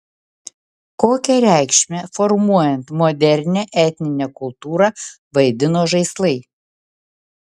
kokią reikšmę formuojant modernią etninę kultūrą vaidino žaislai